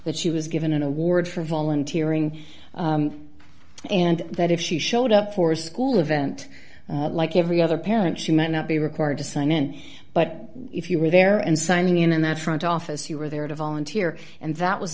that she was given an award for volunteering and that if she showed up for a school event like every other parent she might not be required to sign in but if you were there and signing in that front office you were there to volunteer and that was